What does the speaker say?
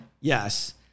Yes